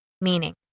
Meaning